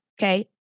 Okay